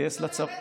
לצבא.